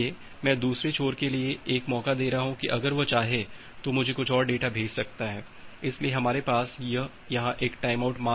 इसलिए मैं दूसरे छोर के लिए एक मौका दे रहा हूं कि अगर वह चाहे तो मुझे कुछ और डेटा भेज सकता है इसीलिए हमारे पास यह यहाँ टाइमआउट मान है